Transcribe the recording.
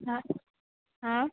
हाँ हाँ